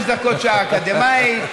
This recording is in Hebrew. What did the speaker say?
45 דקות שעה אקדמית.